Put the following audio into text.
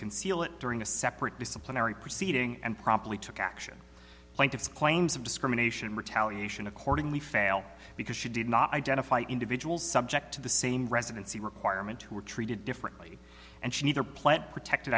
conceal it during a separate disciplinary proceeding and promptly took action plaintiff's claims of discrimination retaliation accordingly fail because she did not identify individuals subject to the same residency requirement who were treated differently and she neither plant protect